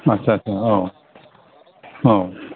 आच्छा आच्छा औ औ